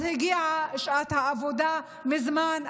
הגיעה שעת העבודה מזמן,